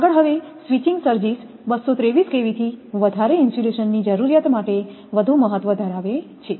આગળ હવે switching surges 230 kVથી વધારે ઇન્સ્યુલેશનની જરૂરિયાત માટે વધુ મહત્ત્વ ધરાવે છે